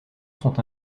sont